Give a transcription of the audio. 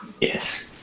yes